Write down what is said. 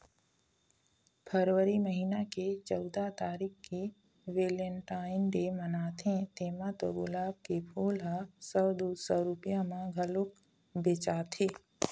फरवरी महिना के चउदा तारीख के वेलेनटाइन डे मनाथे तेमा तो गुलाब के फूल ह सौ दू सौ रूपिया म घलोक बेचाथे